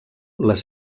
les